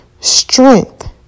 strength